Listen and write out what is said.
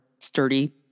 sturdy